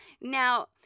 Now